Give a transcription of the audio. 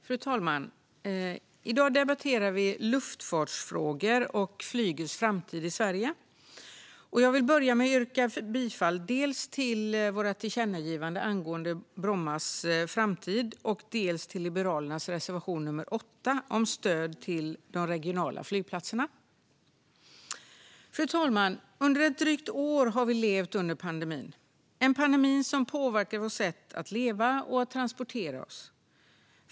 Fru talman! I dag debatterar vi luftfartsfrågor och flygets framtid i Sverige. Jag vill börja med att yrka bifall dels till vårt tillkännagivande angående Brommas framtid, dels till Liberalernas reservation nummer 8 om stöd till de regionala flygplatserna. Fru talman! Under ett drygt år har vi levt under pandemin, en pandemi som påverkar vårt sätt att leva och att transportera oss.